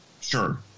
Sure